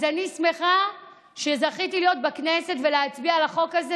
אז אני שמחה שזכיתי להיות בכנסת ולהצביע על החוק הזה,